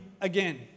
again